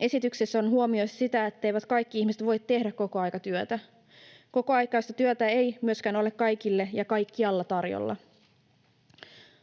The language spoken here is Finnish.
esityksessään huomioi sitä, etteivät kaikki ihmiset voi tehdä kokoaikatyötä. Kokoaikaista työtä ei myöskään ole kaikille ja kaikkialla tarjolla.